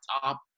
top